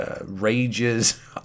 rages